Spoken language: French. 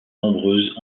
nombreuses